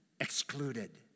excluded